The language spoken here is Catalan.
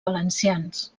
valencians